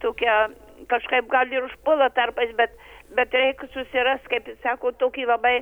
tokia kažkaip gal ir užpuola tarpais bet bet reik susirast kaip sako tokį labai